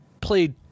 played